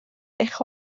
eich